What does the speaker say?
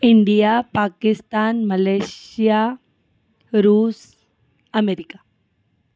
India Pakistan Malaysia रूस America